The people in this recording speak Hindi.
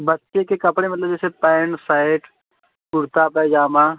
बच्चे के कपड़े मतलब जैसे पैंट सर्ट कुर्ता पैजामा